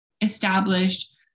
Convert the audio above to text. established